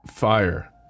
fire